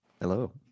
Hello